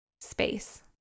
space